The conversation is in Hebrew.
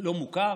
לא מוכר,